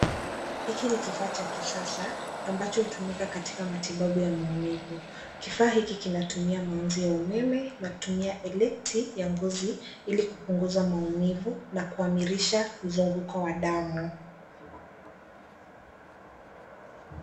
Hiki ni kifaa cha kisasa ambacho hutumika katika matibabu ya maumivu. Kifaa hiki kinatumia mwanzi ya umeme na kutumia elekti ya ngozi ili kupunguza maumivu na kuamirisha mzunguko wa damu.